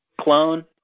clone